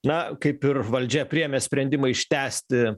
na kaip ir valdžia priėmė sprendimą ištęsti